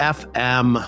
fm